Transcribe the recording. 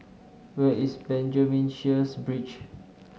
where is Benjamin Sheares Bridge